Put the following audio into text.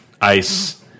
Ice